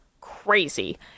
crazy